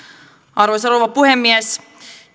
arvoisa rouva puhemies